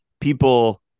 people